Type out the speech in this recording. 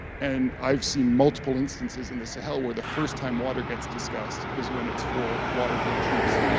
and i've seen multiple instances in the sahel where the first time water gets discussed is when it's for water for the troops,